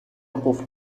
قفل